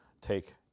take